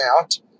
out